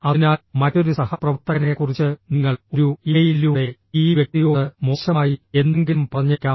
അതിനാൽ മറ്റൊരു സഹപ്രവർത്തകനെക്കുറിച്ച് നിങ്ങൾ ഒരു ഇമെയിലിലൂടെ ഈ വ്യക്തിയോട് മോശമായി എന്തെങ്കിലും പറഞ്ഞേക്കാം